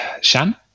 Shan